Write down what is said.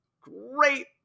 great